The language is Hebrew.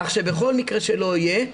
כך שבכל מקרה שלא יהיה,